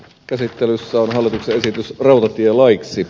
käsittelyssä on hallituksen esitys rautatielaiksi